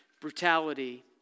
brutality